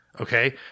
okay